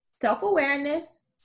self-awareness